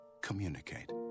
Communicate